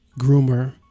groomer